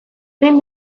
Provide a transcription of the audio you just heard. zein